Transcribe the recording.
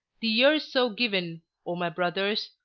the years so given, o my brothers,